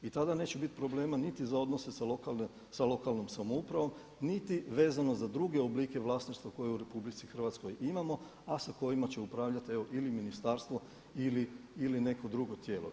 I tada neće biti problema niti za odnose sa lokalnom samoupravom niti vezano za druge oblike vlasništva koje u RH imamo a sa kojima će upravljati evo ili ministarstvo ili neko drugo tijelo.